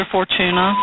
Fortuna